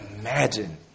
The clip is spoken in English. Imagine